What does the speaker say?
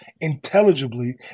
intelligibly